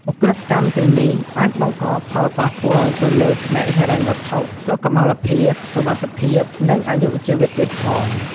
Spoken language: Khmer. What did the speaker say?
ឧក្រិដ្ឋកម្ម ទាំងនេះអាច បង្កផលប៉ះពាល់ ទៅលើ ផ្នែកហិរញ្ញវត្ថុ សុខមាលភាព សុវត្ថិភាព និង អាយុជីវិត ទៀតផង។